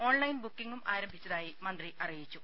online ബുക്കിംഗും ആരംഭിച്ചതായി മന്ത്രി അറിയിച്ചു